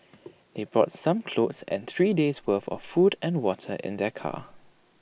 they brought some clothes and three days' worth of food and water in their car